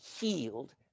healed